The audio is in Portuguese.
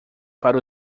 para